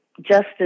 Justice